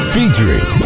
Featuring